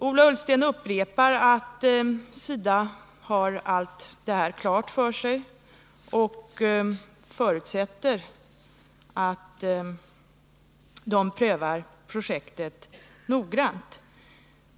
Ola Ullsten upprepar att SIDA har allt detta klart för sig, och han förutsätter att SIDA prövar projektet noggrant.